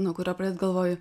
nuo kurio pradėt galvoju